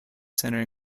centered